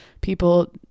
people